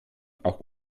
auch